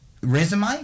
resume